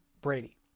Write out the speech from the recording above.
Brady